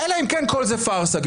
אלא אם כן כל זה פרסה,